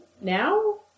now